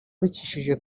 abicishije